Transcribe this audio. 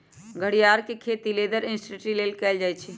घरियार के खेती लेदर इंडस्ट्री लेल कएल जाइ छइ